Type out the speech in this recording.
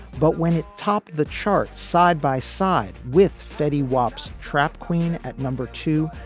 but when it topped the charts side by side with fedi wops trap queen at number two,